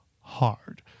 hard